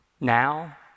now